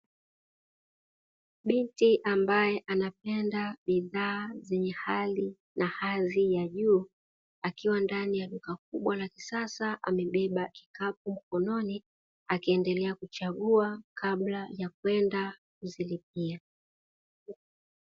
Binti ambaye anapenda bidhaa zenye hali na azi ya hali ya juu akiwa ndani ya duka kubwa la kisasa amebeba kikapo mkononi akiendelea kuchagua kabla ya kwenda kuzilipia.